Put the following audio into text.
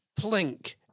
plink